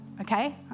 okay